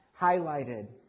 highlighted